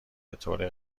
بطور